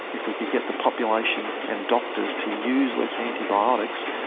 if we could get the population and doctors to use less antibiotics,